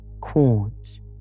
quartz